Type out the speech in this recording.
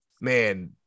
man